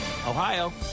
Ohio